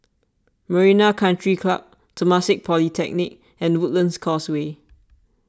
Marina Country Club Temasek Polytechnic and Woodlands Causeway